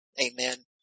Amen